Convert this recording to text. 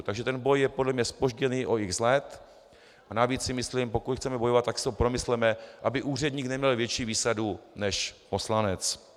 Takže ten boj je podle mě zpožděný o x let a navíc si myslím, pokud chceme bojovat, tak si to promysleme, aby úředník neměl větší výsadu než poslanec.